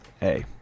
hey